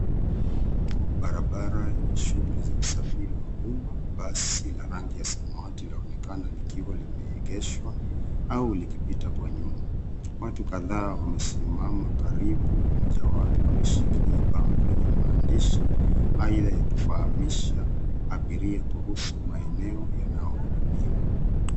Barabara yenye shughuli za usafiri wa umma. Basi la rangi ya samawati laonekana likiwa limeegeshwa au likipita kwa nyuma. Watu kadhaa wamesimama karibu mmoja wao akiwa ameshikilia bango lenye maandishi aidha ya kufahamisha abiria kuhusu maeneo yanayohudumiwa.